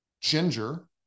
ginger